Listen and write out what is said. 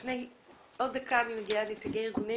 עוד דקה אני מגיעה לנציגי הארגונים